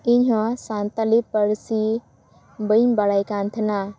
ᱤᱧ ᱦᱚᱸ ᱥᱟᱱᱛᱟᱲᱤ ᱯᱟᱹᱨᱥᱤ ᱵᱟᱹᱧ ᱵᱟᱲᱟᱭ ᱠᱟᱱ ᱛᱟᱦᱮᱱᱟ